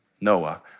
Noah